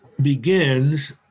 begins